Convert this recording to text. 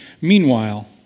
Meanwhile